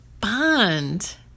bond